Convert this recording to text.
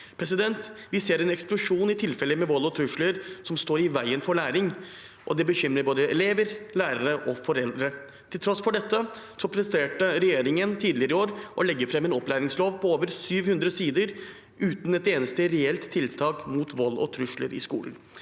ned. Vi ser en eksplosjon i tilfeller med vold og trusler som står i veien for læring, og det bekymrer både elever, lærere og foreldre. Til tross for dette presterte regjeringen tidligere i år å legge fram en opplæringslov på over 700 sider uten et eneste reelt tiltak mot vold og trusler i skolen.